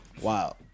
Wow